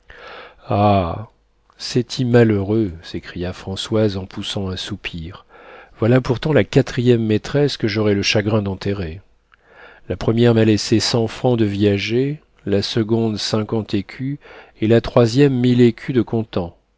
ah c'est-y malheureux s'écria françoise en poussant un soupir voilà pourtant la quatrième maîtresse que j'aurai le chagrin d'enterrer la première m'a laissé cent francs de viager la seconde cinquante écus et la troisième mille écus de